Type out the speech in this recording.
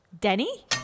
Denny